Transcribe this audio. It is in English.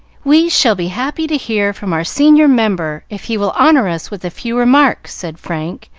we shall be happy to hear from our senior member if he will honor us with a few remarks, said frank,